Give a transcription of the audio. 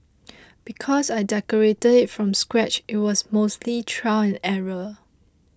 because I decorated it from scratch it was mostly trial and error